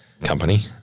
company